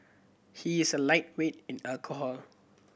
he is a lightweight in alcohol